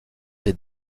des